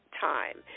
time